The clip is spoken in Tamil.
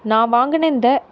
நான் வாங்கின இந்த